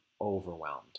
overwhelmed